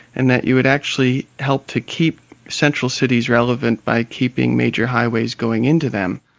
and that you would actually help to keep central cities relevant by keeping major highways going into them.